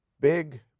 big